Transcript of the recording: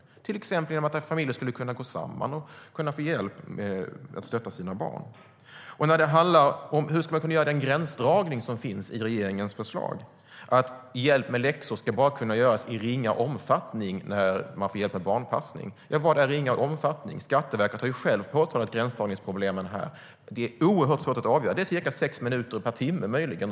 Familjer skulle till exempel kunna gå samman och få hjälp med att stötta sina barn. Hur ska man kunna göra den gränsdragning som finns i regeringens förslag? Hjälp med läxor ska bara kunna fås i ringa omfattning när man får hjälp med barnpassning. Vad är ringa omfattning? Skatteverket har självt pratat om gränsdragningsproblemen. Det är oerhört svårt att avgöra. Det är möjligen ca 6 minuter per timme.